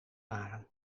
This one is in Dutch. waren